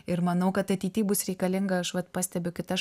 ir manau kad ateity bus reikalinga aš vat pastebiu kitas